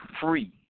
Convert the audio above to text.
free